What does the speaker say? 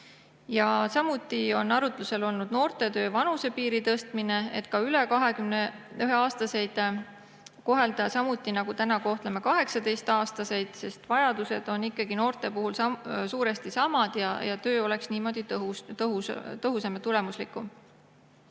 Samuti on arutlusel olnud noortetöö vanusepiiri tõstmine, et ka üle 21-aastaseid kohelda samuti, nagu täna kohtleme 18-aastaseid. Vajadused on noorte puhul suuresti samad ja töö oleks tõhusam ja tulemuslikum.